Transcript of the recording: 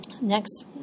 next